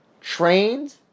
trained